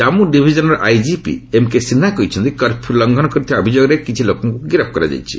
କାମ୍ପୁ ଡିଭିଜନର IGP M K Sinha କହିଛନ୍ତି curfew ଲଂଘନ କରିଥିବା ଅଭିଯୋଗରେ କିଛି ଲୋକଙ୍କୁ ଗିରଫ କରାଯାଇଛି